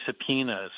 subpoenas